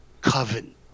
coven